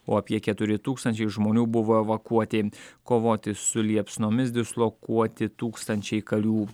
o apie keturi tūkstančiai žmonių buvo evakuoti kovoti su liepsnomis dislokuoti tūkstančiai karių